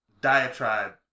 diatribe